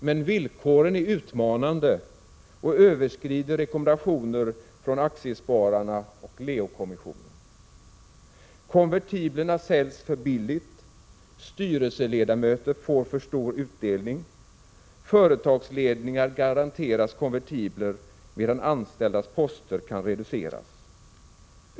Men villkoren är utmanande och överskrider rekommendationer från Aktiespararna och Leo-kommissionen. Konvertiblerna säljs för billigt, styrelseledamöter får stor tilldelning, företagsledningar garanteras konvertibler medan anställdas poster kan reduceras.